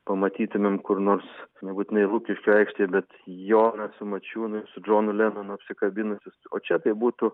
pamatytumėm kur nors nebūtinai lukiškių aikštėj bet joną su mačiūnu ir su džonu lenonu apsikabinusius o čia tai būtų